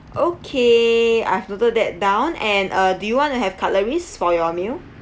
okay I've noted that down and uh do you want to have cutleries for your meal